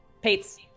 Pates